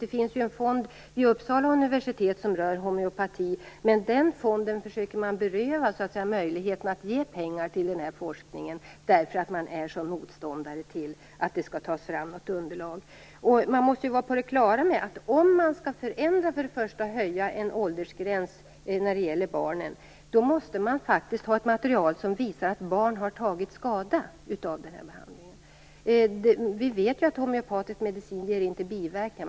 Det finns en fond vid Uppsala universitet som rör homeopati, men den fonden försöker man beröva möjligheten att ge pengar till den här forskningen därför att man är motståndare till att underlag tas fram. Om man skall höja åldersgränsen vad gäller barnen måste man ha ett material som visar att barn har tagit skada av den här behandlingen. Vi vet ju att homeopatisk medicin inte ger biverkningar.